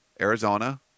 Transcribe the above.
Arizona